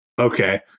Okay